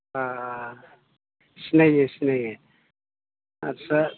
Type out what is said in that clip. सिनायो सिनायो आस्सा